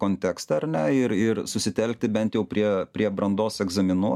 kontekstą ar ne ir ir susitelkti bent jau prie prie brandos egzaminų